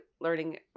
learning